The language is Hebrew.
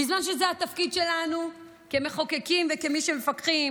בזמן שזה התפקיד שלנו כמחוקקים וכמי שמפקחים